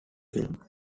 film